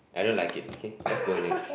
I don't like it okay let's go next